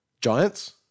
Giants